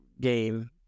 game